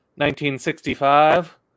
1965